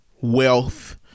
wealth